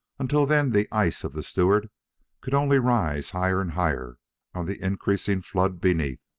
until then the ice of the stewart could only rise higher and higher on the increasing flood beneath.